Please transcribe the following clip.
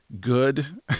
Good